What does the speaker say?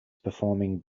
performing